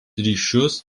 ryšius